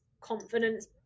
confidence